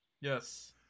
Yes